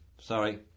sorry